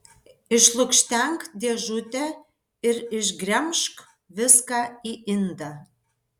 išlukštenk dėžutę ir išgremžk viską į indą